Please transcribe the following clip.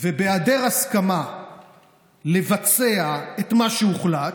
בהיעדר הסכמה לבצע את מה שהוחלט,